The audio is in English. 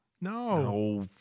No